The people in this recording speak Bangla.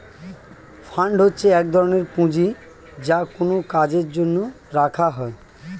ফান্ড হচ্ছে এক ধরনের পুঁজি যা কোনো কাজের জন্য রাখা হয়